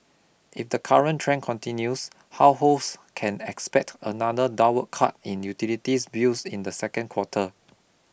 if the current trend continues households can expect another downward cut in utilities bills in the second quarter